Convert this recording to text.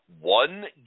one